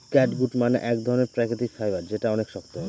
catgut মানে এক ধরনের প্রাকৃতিক ফাইবার যেটা অনেক শক্ত হয়